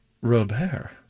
Robert